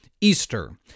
Easter